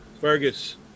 Fergus